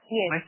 Yes